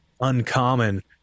uncommon